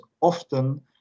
often